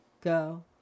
go